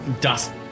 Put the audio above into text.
dust